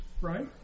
Right